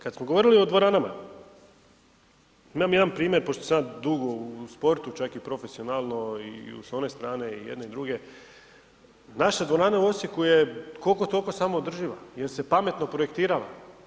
Kada smo govorili o dvoranama, imam jedan primjer pošto sam ja dugo u sportu čak i profesionalno i s one strane i jedne i druge, naša dvorana u Osijeku je koliko toliko samoodrživa jer se pametno projektirala.